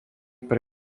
pre